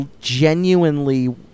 genuinely